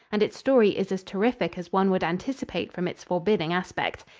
and its story is as terrific as one would anticipate from its forbidding aspect.